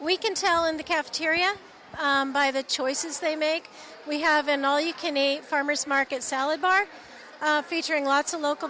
we can tell in the cafeteria by the choices they make we have an all you can a farmer's market salad bar featuring lots of local